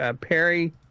Perry